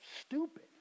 Stupid